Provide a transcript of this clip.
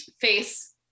face